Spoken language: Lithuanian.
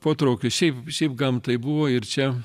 potraukis šiaip šiaip gamtai buvo ir čia